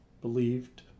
believed